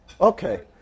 Okay